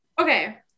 okay